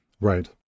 right